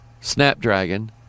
Snapdragon